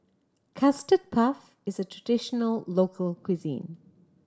Custard Puff is a traditional local cuisine